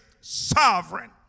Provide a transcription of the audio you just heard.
sovereign